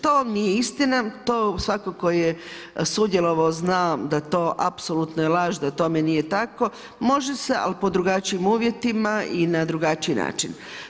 To nije istina, to svakako je sudjelovao, znam da to apsolutna je laž, da tome nije tako, može se ali pod drugačijim uvjetima i na drugačiji način.